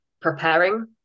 preparing